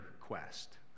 quest